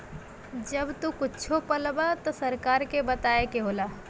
जब तू कुच्छो पलबा त सरकार के बताए के होला